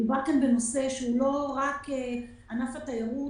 מדובר כאן בנושא שהוא לא רק ענף התיירות